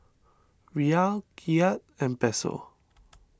Riyal Kyat and Peso